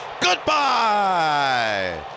goodbye